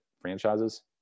franchises